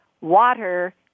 Water